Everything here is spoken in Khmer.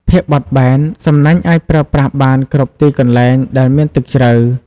ភាពបត់បែន សំណាញ់អាចប្រើប្រាស់បានគ្រប់ទីកន្លែងដែលមានទឹកជ្រៅ។